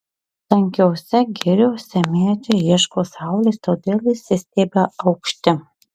tankiose giriose medžiai ieško saulės todėl išsistiebia aukšti